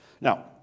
Now